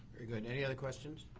very good. any other questions?